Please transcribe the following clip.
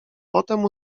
potem